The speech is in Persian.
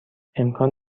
امکان